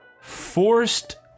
Forced